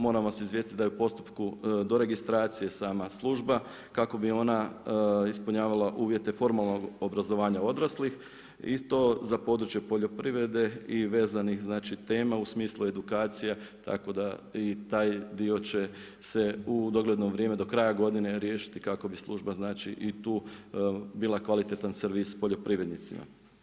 Moram vas izvijestiti da je u postupku, do registracije, sama služba, kako bi ona ispunjavala uvjete formalnog obrazovanja odraslih i to za područje poljoprivrede i vezanih tema u smislu edukacija, tako da i taj dio će se u dogledno vrijeme do kraja godine riješiti, kako bi služba i tu bila kvalitetan servis poljoprivrednicima.